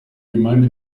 gemeinde